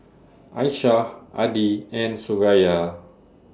Aisyah Adi and Suraya